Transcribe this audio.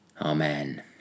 Amen